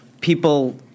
people